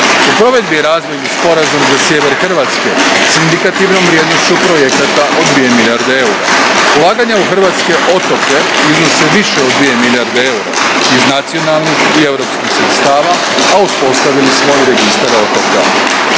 U provedbi je Razvojni Sporazum za Sjever Hrvatske s indikativnom vrijednošću projekata od 2 milijarde eura. Ulaganja u hrvatske otoke iznose više od 2 milijarde eura, iz nacionalnih i europskih sredstava, a uspostavili smo i Registar otoka.